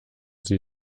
sie